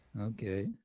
Okay